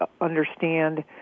understand